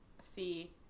see